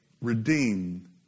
redeem